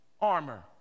armor